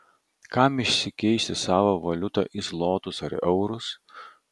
kam išsikeisti savą valiutą į zlotus ar eurus